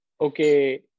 okay